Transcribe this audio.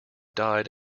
died